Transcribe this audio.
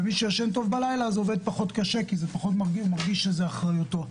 מי שישן טוב בלילה עובד פחות קשה כי הוא פחות מרגיש שזו אחריותו.